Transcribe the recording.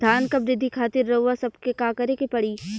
धान क वृद्धि खातिर रउआ सबके का करे के पड़ी?